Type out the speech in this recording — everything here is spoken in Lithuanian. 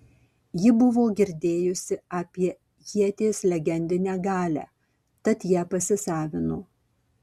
ji buvo girdėjusi apie ieties legendinę galią tad ją pasisavino